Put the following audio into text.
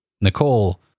Nicole